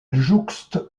jouxte